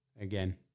again